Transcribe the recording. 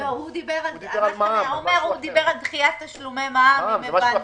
הוא דיבר על דחיית תשלומי מע"מ, אם הבנתי נכון.